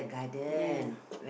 ya